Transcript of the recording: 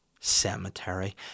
Cemetery